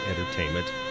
Entertainment